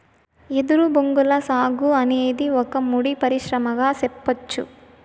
ఎదురు బొంగుల సాగు అనేది ఒక ముడి పరిశ్రమగా సెప్పచ్చు